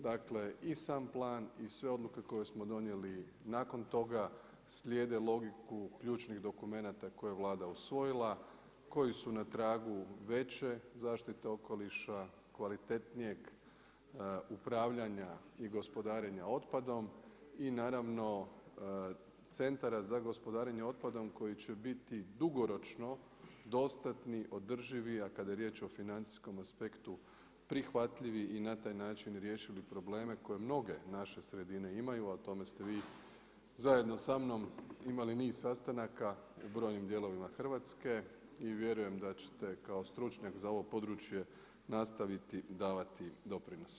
Dakle i sam plan i sve odluke koje smo donijeli nakon toga slijede logiku ključnih dokumenata koje je Vlada usvojila, koji su na tragu veće zaštite okoliša, kvalitetnijeg upravljanja i gospodarenja otpadom i naravno centara za gospodarenje otpadom koji će biti dugoročno dostatni, održivi, a kada je riječ o financijskom aspektu prihvatljivi i na taj način riješili probleme koje mnoge naše sredine imaju, a o tome ste vi zajedno sa mnom imali niz sastanaka u brojnim dijelovima Hrvatske i vjerujem da ćete kao stručnjak za ovo područje nastaviti davati doprinos.